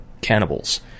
cannibals